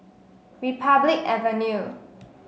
Republic Avenue